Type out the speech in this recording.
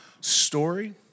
story